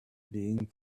being